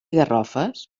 garrofes